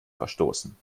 verstoßen